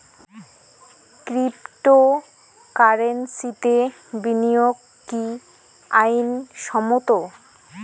ক্রিপ্টোকারেন্সিতে বিনিয়োগ কি আইন সম্মত?